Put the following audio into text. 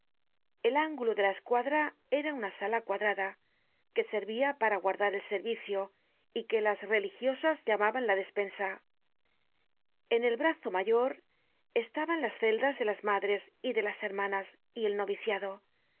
el ángulo de la escuadra era una sala cuadrada que servia para guardar el servicio y que las religiosas llamaban la despensa en el brazo mayor estaban las celdas de las madres y de las hermanas y el noviciado